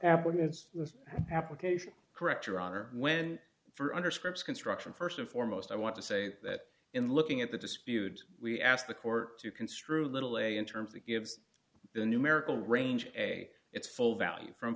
this application correct your honor when for under scripts construction st and foremost i want to say that in looking at the dispute we ask the court to construe little a in terms of give the numerical range a its full value from